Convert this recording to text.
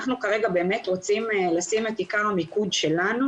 אנחנו כרגע באמת רוצים לשים את עיקר המיקוד שלנו